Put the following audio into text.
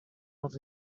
not